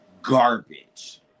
Garbage